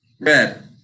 Red